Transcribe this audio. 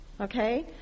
okay